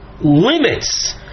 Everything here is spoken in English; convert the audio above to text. limits